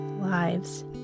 lives